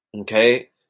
Okay